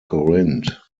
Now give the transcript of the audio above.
corinth